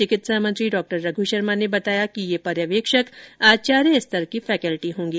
चिकित्सा मंत्री डॉ रघ् शर्मा ने बताया कि ये पर्यवेक्षक आचार्य स्तर की फैकल्टी होगें